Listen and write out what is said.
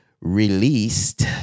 released